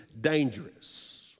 dangerous